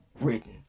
written